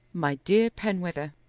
my dear penwether,